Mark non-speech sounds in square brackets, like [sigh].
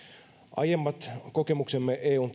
aiemmat kokemuksemme eun [unintelligible]